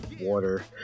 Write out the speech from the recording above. Water